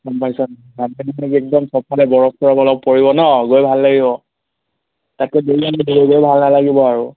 গম পাইছা একদম চবফালে বৰফ চৰপ অলপ পৰিব ন গৈ ভাল লাগিব তাতকৈ ভাল নালাগিব আৰু